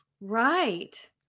Right